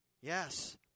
Yes